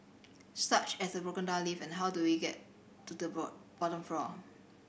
such as a broken down lift and how do we get to the bottom floor